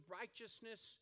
righteousness